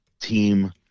team